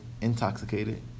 intoxicated